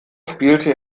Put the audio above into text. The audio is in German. spielte